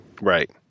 Right